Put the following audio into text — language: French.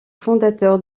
fondateur